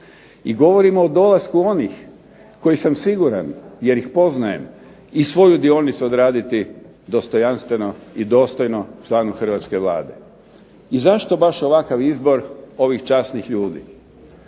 I govorimo o dolasku onih koji sam siguran, jer ih poznajem i svoju dionicu odraditi dostojanstveno i dostojno članu hrvatske Vlade. I zašto baš ovakav izbor ovih časnih ljudi?